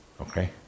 Okay